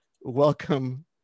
welcome